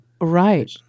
Right